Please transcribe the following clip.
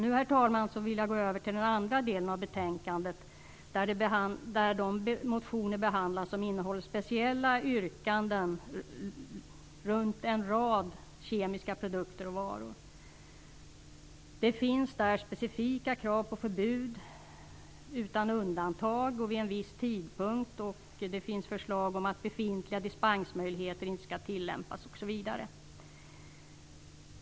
Nu, herr talman, vill jag gå över till den andra delen av betänkandet, där de motioner behandlas som innehåller speciella yrkanden runt en rad kemiska produkter och varor. Det finns specifika krav på förbud utan undantag och vid en viss tidpunkt. Det finns förslag om att befintliga dispensmöjligheter inte skall tillämpas osv.